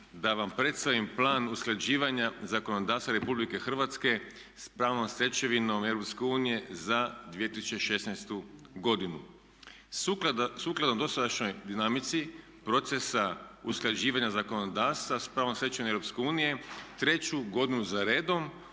da vam predstavim Plan usklađivanja zakonodavstva Republike Hrvatske s pravnom stečevinom EU za 2016. godinu. Sukladno dosadašnjoj dinamici procesa usklađivanja zakonodavstva s pravnom stečevinom EU treću godinu zaredom